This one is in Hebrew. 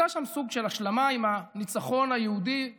היה שם סוג של השלמה עם הניצחון היהודי בתש"ח,